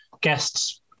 guests